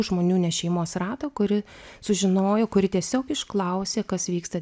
žmonių ne šeimos rato kuri sužinojo kuri tiesiog išklausė kas vyksta